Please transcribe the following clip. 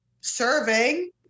serving